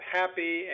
happy